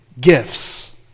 gifts